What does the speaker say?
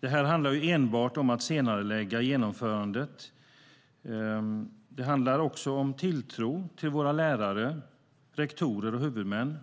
Detta handlar enbart om att senarelägga genomförandet. Det handlar också om tilltro till våra lärare, rektorer och huvudmän.